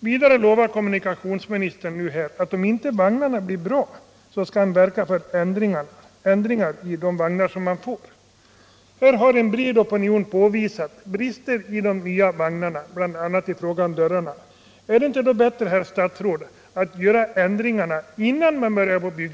Vidare lovade kommunikationsministern att om inte vagnarna blir bra, skall han verka för ändring av de levererade vagnarna. Här har en bred opinion påvisat brister i de nya vagnarna, bl.a. i fråga om dörrarna. Är det då inte bättre, herr statsråd, att göra ändringarna innan man börjar produktionen?